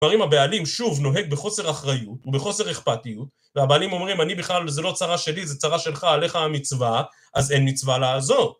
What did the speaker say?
דברים הבעלים שוב נוהג בחוסר אחריות ובחוסר אכפתיות והבעלים אומרים אני בכלל זה לא צרה שלי זה צרה שלך עליך המצווה אז אין מצווה לעזור